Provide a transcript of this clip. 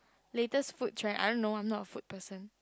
latest food trend I don't know I am not a food person